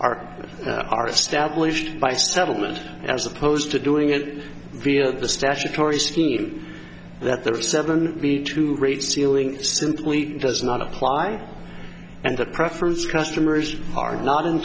are are established by settlement as opposed to doing it via the statutory scheme that there are seven b two rate ceiling simply does not apply and the preference customers are not